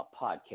podcast